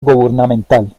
gubernamental